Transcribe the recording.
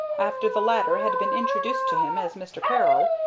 after the latter had been introduced to him as mr. peril,